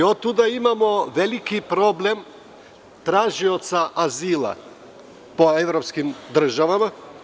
Otuda imamo veliki problem tražioca azila po evropskim državama.